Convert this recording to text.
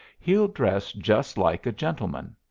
he'll dress just like a gentleman.